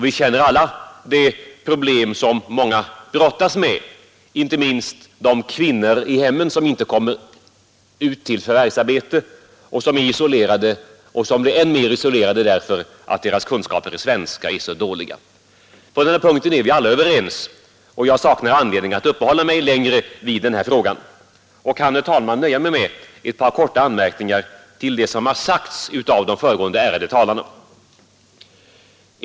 Vi känner alla de problem som många brottas med, inte minst de kvinnor i hemmen som inte kommer ut i förvärvsarbete, som är isolerade och blir än mer isolerade därför att deras kunskaper i svenska är så dåliga. På denna punkt är vi alla överens och jag saknar anledning att uppehålla mig längre vid den frågan. Jag kan, herr talman, nöja mig med att framföra ett par korta anmärkningar till det som sagts av de föregående ärade talarna.